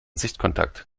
sichtkontakt